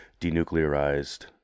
denuclearized